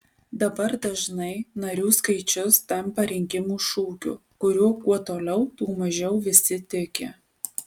dabar dažnai narių skaičius tampa rinkimų šūkiu kuriuo kuo toliau tuo mažiau visi tiki